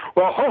well, ho,